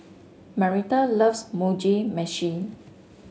Marita loves Mugi Meshi